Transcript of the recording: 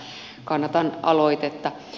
mutta kannatan aloitetta